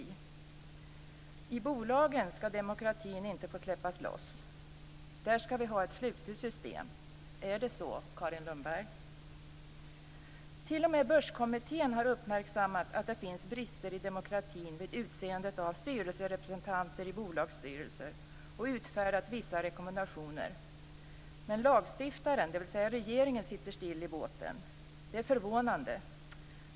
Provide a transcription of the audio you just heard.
I bolagen skall demokratin inte få släppas loss. Där skall vi ha ett slutet system. Är det så, Carin Lundberg? T.o.m. Börskommittén har uppmärksammat att det finns brister i demokratin vid utseende av styrelserepresentanter i bolagsstyrelser och utfärdat vissa rekommendationer. Men lagstiftaren, dvs. regeringen, sitter still i båten. Det är förvånande.